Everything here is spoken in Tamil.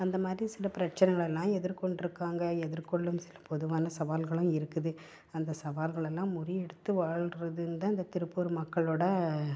அந்த மாதிரி சில பிரச்சனைகளெல்லாம் எதிர் கொண்டுருக்காங்க எதிர்கொள்ளும் சில பொதுவான சவால்களும் இருக்குது அந்த சவாகளெல்லாம் முறியடித்து வாழ்றது தான் இந்த திருப்பூர் மக்களோடய